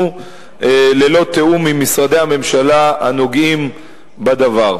ללא תיאום עם משרדי הממשלה הנוגעים בדבר.